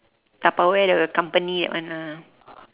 tupperware the company that one lah